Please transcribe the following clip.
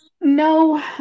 No